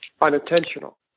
unintentional